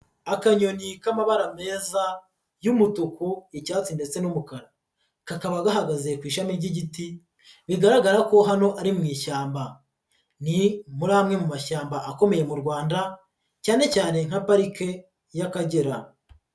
Akanyoni k'amabara meza y'umutuku, icyatsi ndetse n'umukara, kakaba gahagaze ku ishami ry'igiti bigaragara ko hano ari mu ishyamba, ni muri amwe mu mashyamba akomeye mu Rwanda cyane cyane nka Parike y'Akagera.